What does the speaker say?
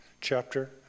chapter